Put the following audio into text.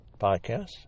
podcasts